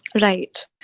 right